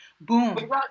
Boom